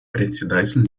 председатель